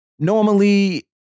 Normally